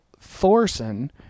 Thorson